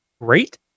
great